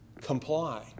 comply